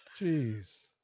jeez